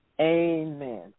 Amen